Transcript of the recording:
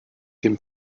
dem